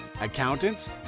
accountants